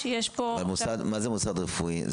לגבי עוזר רופא אחד לא אמורים להעביר